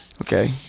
okay